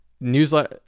newsletter